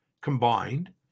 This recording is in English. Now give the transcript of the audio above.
combined